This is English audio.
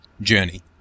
journey